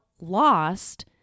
lost